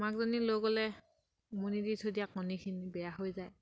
মাকজনী লৈ গ'লে উমনি দি থৈ দিয়া কণীখিনি বেয়া হৈ যায়